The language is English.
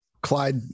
Clyde